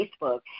Facebook